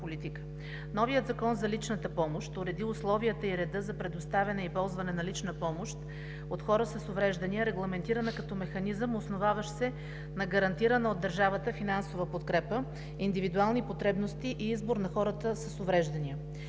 Новият Закон за личната помощ уреди условията и реда за предоставяне и ползване на лична помощ от хора с увреждания, регламентирана като механизъм, основаващ се на гарантирана от държавата финансова подкрепа, индивидуални потребности и избор на хората с увреждания.